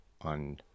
on